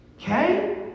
Okay